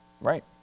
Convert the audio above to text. Right